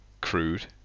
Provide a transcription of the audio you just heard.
crude